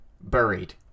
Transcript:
buried